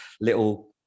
little